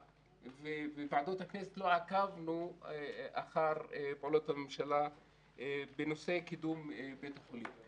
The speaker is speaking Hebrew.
ועדות הכנסת לא עקבו אחרי פעולות הממשלה בנושא קידום בית החולים.